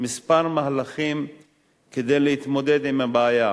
כמה מהלכים כדי להתמודד עם הבעיה.